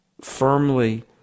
firmly